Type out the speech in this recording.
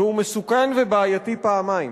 והוא מסוכן ובעייתי פעמיים.